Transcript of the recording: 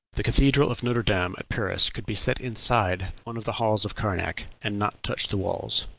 the cathedral of notre dame at paris could be set inside one of the halls of karnac, and not touch the walls.